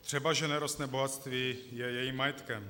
Třebaže nerostné bohatství je jejím majetkem.